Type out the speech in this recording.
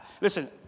listen